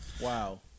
Wow